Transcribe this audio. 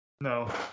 No